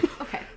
Okay